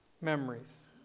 Memories